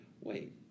wait